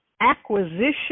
acquisition